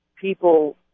people